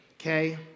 okay